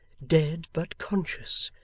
dead but conscious,